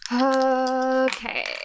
Okay